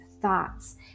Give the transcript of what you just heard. thoughts